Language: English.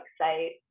say